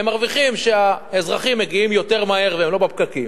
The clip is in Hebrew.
הם מרוויחים שהאזרחים מגיעים יותר מהר והם לא בפקקים.